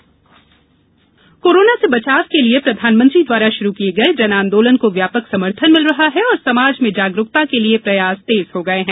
जन आंदोलन अपील कोरोना से बचाव के लिए प्रधानमंत्री द्वारा शुरू किये गये जन आंदोलन को व्यापक समर्थन मिल रहा है और समाज में जागरूकता के लिए प्रयास तेज हो गये हैं